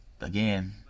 again